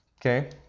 Okay